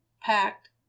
packed